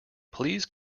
please